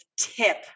tip